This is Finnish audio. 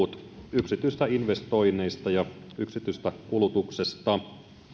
yksityisistä investoinneista ja yksityisestä kulutuksesta